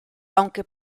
aunque